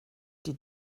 die